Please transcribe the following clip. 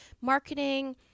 marketing